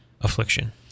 affliction